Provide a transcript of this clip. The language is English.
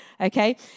okay